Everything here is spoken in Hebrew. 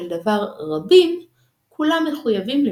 הלך והצטמצם תפקידו של מנהג המקום,